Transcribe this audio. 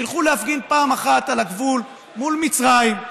שילכו להפגין פעם אחת על הגבול מול מצרים,